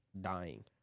Dying